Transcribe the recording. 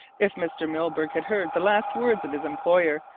if mr. milburgh had heard the last words of his employer,